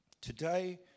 Today